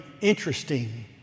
interesting